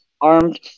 armed